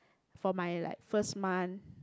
for my like first month